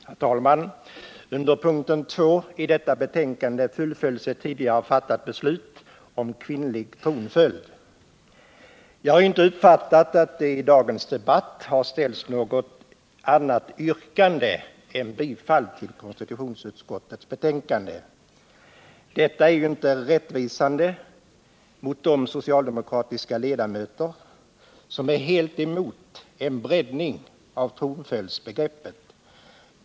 Herr talman! I detta betänkande hemställs under punkten 2 att ett tidigare fattat beslut om kvinnlig tronföljd fullföljs. Jag har inte uppfattat att det i dagens debatt ställts något annat yrkande än om bifall till konstitutionsutskottets hemställan. Detta är inte rättvisande mot de socialdemokratiska ledamöter som är helt emot en breddning av tronföljdsbegreppet.